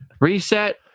Reset